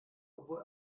obwohl